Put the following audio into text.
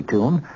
Tune